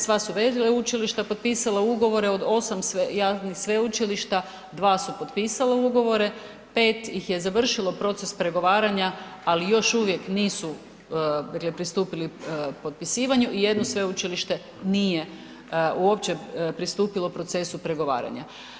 Sva su veleučilišta potpisala ugovore od 8 javnih sveučilišta, 2 su potpisala ugovore, 5 ih je završilo proces pregovaranja, ali još uvijek nisu dakle pristupili potpisivanju i jedno sveučilište nije uopće pristupilo procesu pregovaranja.